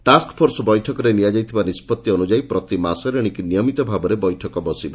task force ବୈଠକରେ ନିଆଯାଇଥିବା ନିଷ୍ବଉ ଅନୁଯାୟୀ ପ୍ରତିମାସରେ ଏଶିକି ନିୟମିତ ଭାବରେ ବୈଠକ ବସିବ